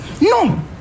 No